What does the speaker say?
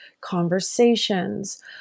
conversations